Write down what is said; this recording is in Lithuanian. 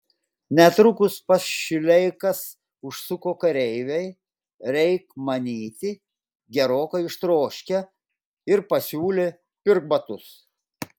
netrukus pas šileikas užsuko kareiviai reik manyti gerokai ištroškę ir pasiūlė pirk batus